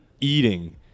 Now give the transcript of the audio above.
eating